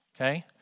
okay